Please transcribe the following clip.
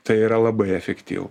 tai yra labai efektyvu